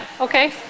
Okay